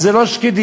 זה לא שקדייה.